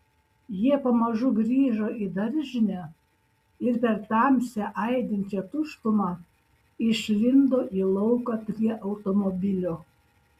jie pamažu grįžo į daržinę ir per tamsią aidinčią tuštumą išlindo į lauką prie automobilio